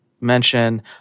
mention